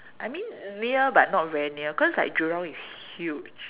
I mean near but not very near cause like Jurong is huge